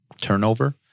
turnover